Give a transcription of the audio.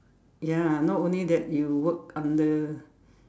ya not only that you work under